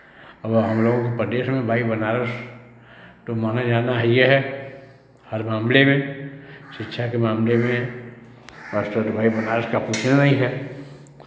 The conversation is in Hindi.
अब हम लोगों के प्रदेश में भाई बनारस तो माना जाना हैये है हर मामले में शिक्षा के मामले में तो भाई बनारस का पूछना नहीं है